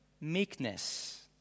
meekness